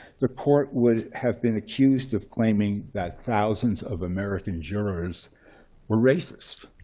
the court would have been accused of claiming that thousands of american jurors were racist.